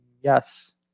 Yes